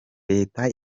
leta